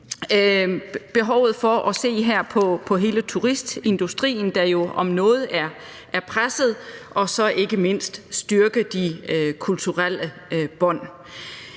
behovet for her at se på hele turistindustrien, der jo om noget er presset, og så ikke mindst styrke de kulturelle bånd.